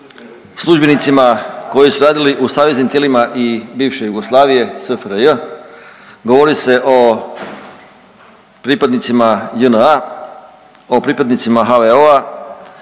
službenicima koji su radili u saveznim tijelima i bivše Jugoslavije SFRJ, govori se o pripadnicima JNA, o pripadnicima HVO-a,